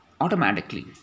automatically